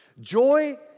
Joy